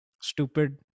stupid